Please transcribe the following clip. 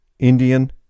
Indian